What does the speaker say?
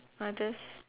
I just